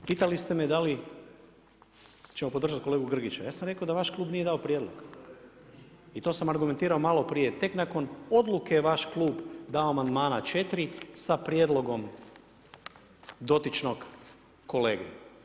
Pitali ste me da li ćemo podržati kolegu Grgiću, ja sam rekao da vaš klub nije dao prijedlog i to sam argumentirao maloprije, tek nakon odluke vaš klub je dao amandmana četiri sa prijedlogom dotičnog kolege.